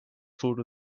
food